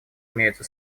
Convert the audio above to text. имеются